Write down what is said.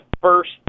first